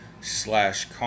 slash